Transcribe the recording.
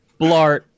Blart